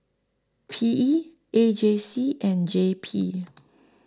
P E A J C and J P